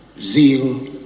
zeal